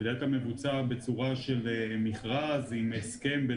בדרך כלל זה מבוצע בצורה של מכרז עם הסכם.